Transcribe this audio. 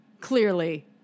clearly